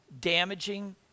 damaging